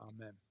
Amen